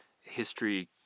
history